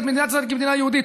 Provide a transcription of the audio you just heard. את מדינת ישראל כמדינה יהודית.